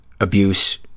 abuse